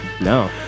no